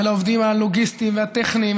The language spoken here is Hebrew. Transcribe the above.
ולעובדים הלוגיסטיים והטכניים,